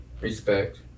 respect